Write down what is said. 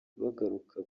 bagaruka